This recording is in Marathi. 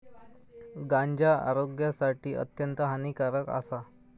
गांजा आरोग्यासाठी अत्यंत हानिकारक आसा